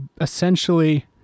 essentially